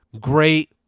great